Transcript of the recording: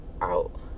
out